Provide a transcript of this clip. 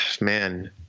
man